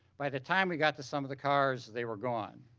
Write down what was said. by the time we got to some of the cars, they were gone.